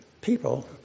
people